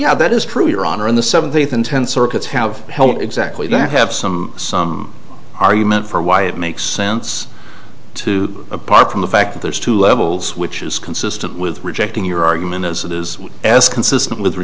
yeah that is true your honor in the seventh eighth and ten circuits have held it exactly that have some some argument for why it makes sense to apart from the fact that there's two levels which is consistent with rejecting your argument as it is as consistent with